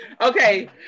Okay